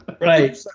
Right